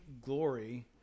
glory